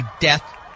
death